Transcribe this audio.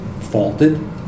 faulted